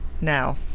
now